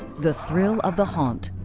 the thrill of the haunt.